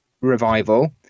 revival